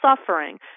suffering